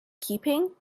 keeping